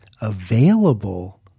available